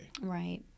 right